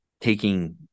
Taking